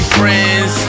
friends